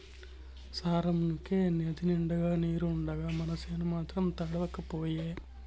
సార్నముకే నదినిండుగా నీరున్నా మనసేను మాత్రం తడవక పాయే